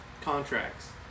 contracts